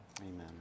Amen